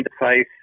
interface